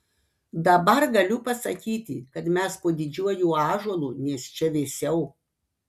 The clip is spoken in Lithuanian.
dabar galiu pasakyti kad mes po didžiuoju ąžuolu nes čia vėsiau